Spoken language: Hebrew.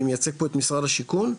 אני מייצג פה את משרד השיכון,